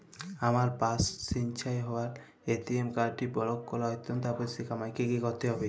আমার পার্স ছিনতাই হওয়ায় এ.টি.এম কার্ডটি ব্লক করা অত্যন্ত আবশ্যিক আমায় কী কী করতে হবে?